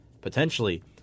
potentially